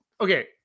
Okay